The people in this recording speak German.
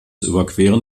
überqueren